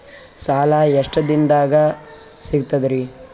ಸಾಲಾ ಎಷ್ಟ ದಿಂನದಾಗ ಸಿಗ್ತದ್ರಿ?